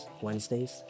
Wednesdays